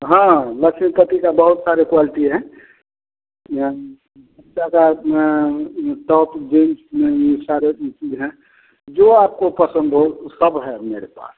हाँ लक्ष्मीपति की बहुत सारी क्वालटी हैं यानि कि बच्चे का टॉप जींस में यह सारे उह चीज़ हैं जो आपको पसंद हो वह सब है मेरे पास